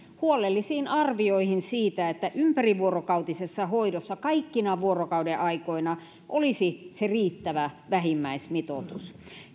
huolellisiin arvioihin siitä että se ympärivuorokautisessa hoidossa kaikkina vuorokaudenaikoina olisi riittävä vähimmäismitoitus